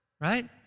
right